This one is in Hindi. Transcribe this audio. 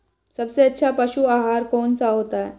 सबसे अच्छा पशु आहार कौन सा होता है?